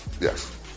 Yes